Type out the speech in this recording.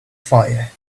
fire